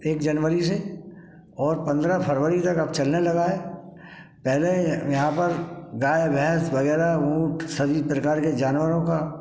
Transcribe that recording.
एक जनवरी से और पंद्रह फरवरी तक अब चलने लगा है पहले यहाँ पर गाय भैंस वगैरह ऊँट सभी प्रकार के जानवरों का